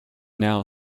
now